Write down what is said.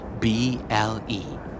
B-L-E